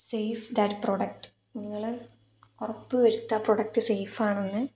safe that product നിങ്ങള് ഉറപ്പുവരുത്തുക ആ പ്രോഡക്റ്റ് സെയിഫാണെന്ന്